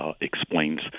explains